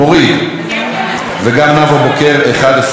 חברת הכנסת נאוה בוקר מורידה את הסתייגות 11,